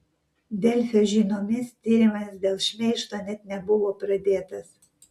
delfi žiniomis tyrimas dėl šmeižto net nebuvo pradėtas